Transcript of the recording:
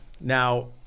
now